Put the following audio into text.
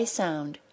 sound